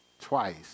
twice